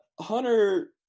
Hunter